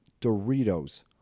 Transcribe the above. Doritos